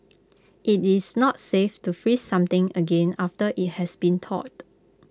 IT is not safe to freeze something again after IT has been thawed